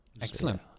excellent